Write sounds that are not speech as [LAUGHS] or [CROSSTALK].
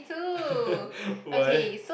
[LAUGHS] why